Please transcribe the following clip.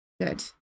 Good